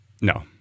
No